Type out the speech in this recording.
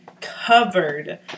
Covered